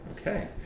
okay